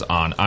on